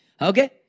Okay